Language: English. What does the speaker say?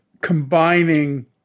combining